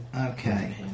Okay